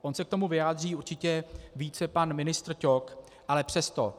On se k tomu vyjádří určitě více pan ministr Ťok, ale přesto.